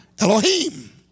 Elohim